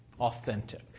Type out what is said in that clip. authentic